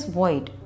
void